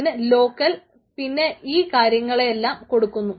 അതിന് ലോക്കൽ പിന്നെ ഈ കാര്യങ്ങളെല്ലാം കൊടുക്കുക